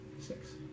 Six